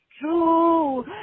true